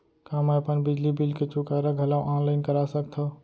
का मैं अपन बिजली बिल के चुकारा घलो ऑनलाइन करा सकथव?